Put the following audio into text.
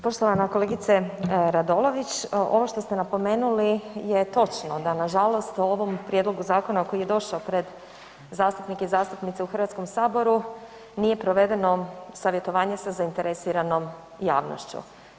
Poštovana kolegice Radolović, ovo što ste napomenuli je točno da nažalost u ovom prijedlogu zakona koji je došao pred zastupnike i zastupnice u Hrvatskom saboru nije provedeno savjetovanje sa zainteresiranom javnošću.